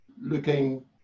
looking